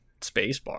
spacebar